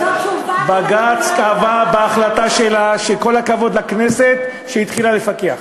בג"ץ קבע בהחלטה שלו שכל הכבוד לכנסת שהתחילה לפקח.